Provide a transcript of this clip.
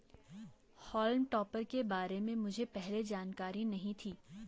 हॉल्म topper के बारे में मुझे पहले जानकारी नहीं थी